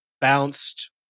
bounced